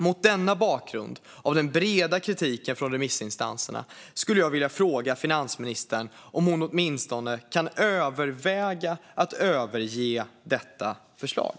Mot bakgrund av denna breda kritik från remissinstanserna skulle jag vilja fråga finansministern om hon åtminstone kan överväga att överge detta förslag.